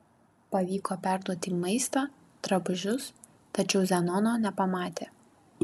pavyko perduoti maistą drabužius tačiau zenono nepamatė